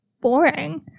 boring